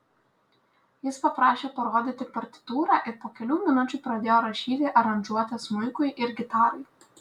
jis paprašė parodyti partitūrą ir po kelių minučių pradėjo rašyti aranžuotes smuikui ir gitarai